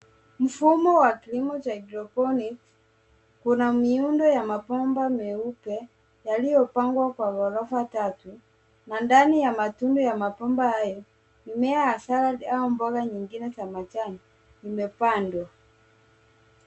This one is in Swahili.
Mfumo wa kilimo cha hydroponic kuna miundo ya mabomba meupe yaliyo pangwa kwa ghorofa tatu na ndani ya matundu ya mabomba hayo mimea ya salad au mboga nyingine za majani zimepandwa.